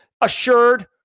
assured